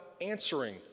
answering